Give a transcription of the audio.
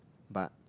but